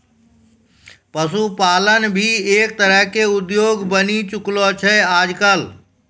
पशुपालन भी एक तरह के उद्योग बनी चुकलो छै आजकल